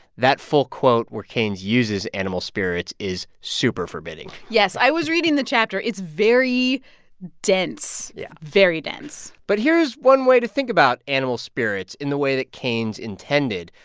that full quote where keynes uses animal spirits is super forbidding yes, i was reading the chapter. it's very dense, yeah very dense but here is one way to think about animal spirits in the way that keynes intended.